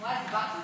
קרעי ויואב קיש